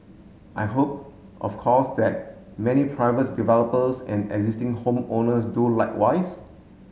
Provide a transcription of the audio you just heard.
I hope of course that many privates developers and existing home owners do likewise